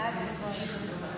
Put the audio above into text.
בבקשה.